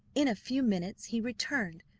in a few minutes he returned,